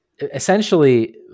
essentially